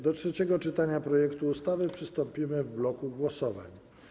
Do trzeciego czytania projektu ustawy przystąpimy w bloku głosowań.